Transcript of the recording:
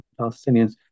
Palestinians